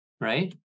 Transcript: right